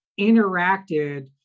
interacted